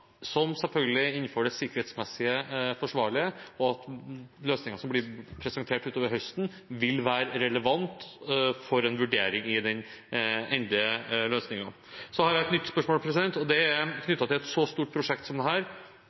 som selvfølgelig er innenfor det sikkerhetsmessig forsvarlige – og at løsninger som blir presentert utover høsten, vil være relevant for en vurdering i den endelige løsningen. Så har jeg et nytt spørsmål, og det er knyttet til et prosjekt som er så stort som